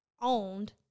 owned